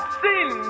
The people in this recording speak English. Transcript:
sin